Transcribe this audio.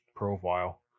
profile